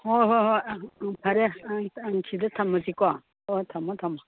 ꯍꯣꯏ ꯍꯣꯏ ꯍꯣꯏ ꯑꯪ ꯑꯪ ꯐꯔꯦ ꯑꯪ ꯑꯪ ꯁꯤꯗ ꯊꯝꯃꯁꯤꯀꯣ ꯍꯣꯏ ꯊꯝꯃꯣ ꯊꯝꯃꯣ